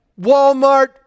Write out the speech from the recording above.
Walmart